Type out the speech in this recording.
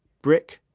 brick,